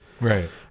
right